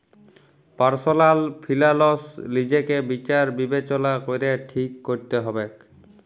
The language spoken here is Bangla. পার্সলাল ফিলালস লিজেকে বিচার বিবেচলা ক্যরে ঠিক ক্যরতে হবেক